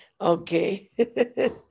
okay